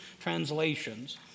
translations